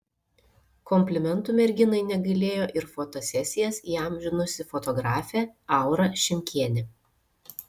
komplimentų merginai negailėjo ir fotosesijas įamžinusi fotografė aura šimkienė